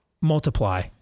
Multiply